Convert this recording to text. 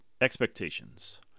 Expectations